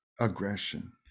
aggression